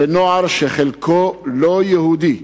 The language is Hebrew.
בנוער שחלקו לא יהודי,